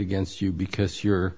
against you because you're